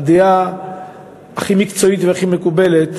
הדעה הכי מקצועית והכי מקובלת.